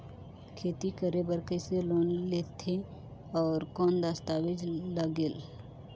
खेती करे बर कइसे लोन लेथे और कौन दस्तावेज लगेल?